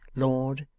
lord!